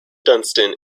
dunston